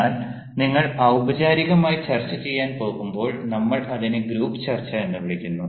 എന്നാൽ നിങ്ങൾ ഔപപചാരികമായി ചർച്ച ചെയ്യാൻ പോകുമ്പോൾ നമ്മൾ അതിനെ ഗ്രൂപ്പ് ചർച്ച എന്ന് വിളിക്കുന്നു